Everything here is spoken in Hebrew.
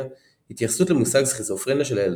התייחסות למושג סכיזופרניה של הילדות.